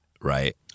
Right